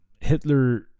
Hitler